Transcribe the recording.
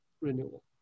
renewal